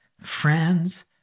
friends